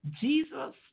Jesus